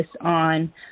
on